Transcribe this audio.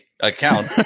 account